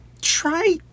try